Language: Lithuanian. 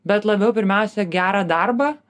bet labiau pirmiausia gerą darbą